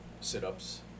sit-ups